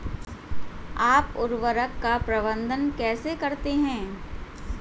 आप उर्वरक का प्रबंधन कैसे करते हैं?